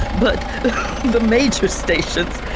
but the major stations,